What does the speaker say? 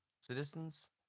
Citizens